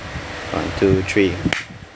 one two three